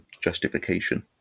justification